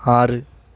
ஆறு